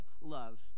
love